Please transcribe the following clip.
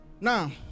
Now